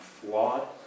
flawed